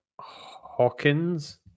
Hawkins